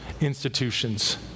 institutions